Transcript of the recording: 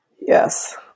Yes